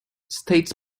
states